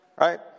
Right